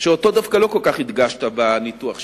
שאותו דווקא לא כל כך הדגשת בניתוח שלך.